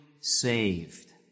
saved